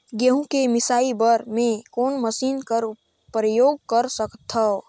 गहूं के मिसाई बर मै कोन मशीन कर प्रयोग कर सकधव?